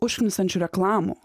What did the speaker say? užknisančių reklamų